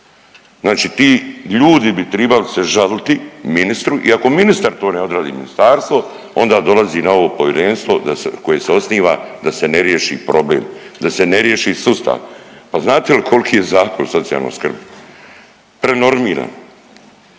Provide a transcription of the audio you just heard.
Znači ti ljudi bi tribali se žaliti ministru i ako ministar to ne odradi, ministarstvo, onda dolazi na ovo Povjerenstvo koje se osniva da se ne riješi problem, da se ne riješi sustav. Ali znate kolki je Zakon o socijalnoj skrbi? Prenormiran.